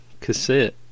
cassette